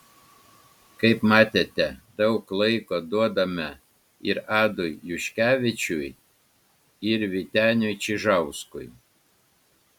kaip matėte daug laiko duodame ir adui juškevičiui ir vyteniui čižauskui